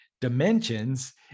dimensions